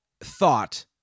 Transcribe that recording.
thought